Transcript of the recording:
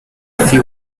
few